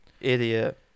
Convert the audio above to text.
Idiot